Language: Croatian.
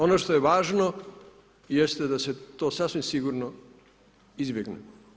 Ono što je važno jeste da se to sasvim sigurno izbjegne.